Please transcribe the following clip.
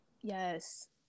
Yes